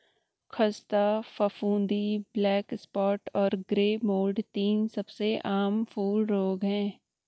ख़स्ता फफूंदी, black spot और ग्रे मोल्ड तीन सबसे आम फूल रोग हैं